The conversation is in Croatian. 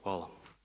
Hvala.